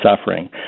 suffering